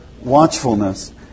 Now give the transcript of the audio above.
watchfulness